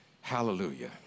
hallelujah